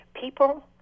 people